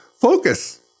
focus